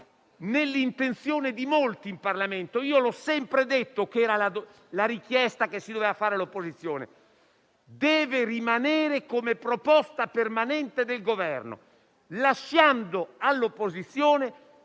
nell'intenzione di molti in Parlamento. Ho sempre detto che era la richiesta che si doveva rivolgere all'opposizione e deve rimanere come proposta permanente del Governo, lasciando all'opposizione